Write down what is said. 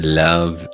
love